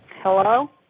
hello